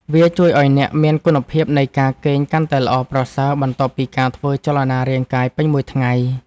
វាជួយឱ្យអ្នកមានគុណភាពនៃការគេងកាន់តែល្អប្រសើរ បន្ទាប់ពីការធ្វើចលនារាងកាយពេញមួយថ្ងៃ។